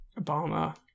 Obama